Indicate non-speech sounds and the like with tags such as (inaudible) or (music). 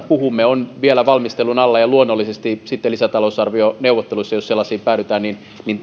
(unintelligible) puhumme on vielä valmistelun alla ja luonnollisesti sitten lisätalousarvioneuvotteluissa jos sellaisiin päädytään